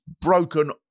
broken